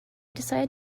decided